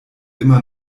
immer